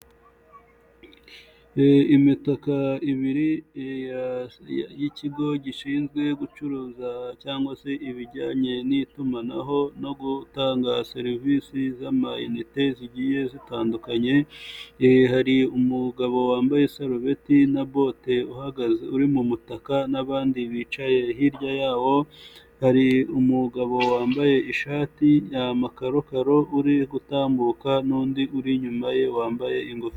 Imitaka ibiri y'ikigo gishinzwe gucuruza cyangwa se ibijyanye n'itumanaho no gutanga serivisi z'ama uite zigiye zitandukanye hihariye umugabo wambaye salbetti na bote uhagaze uri mu butaka n'abandi bicaye hirya yahowo hari umugabo wambaye ishati ya makarokaro uri gutambuka n'undi uri inyuma ye wambaye ingofero.